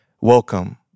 Welcome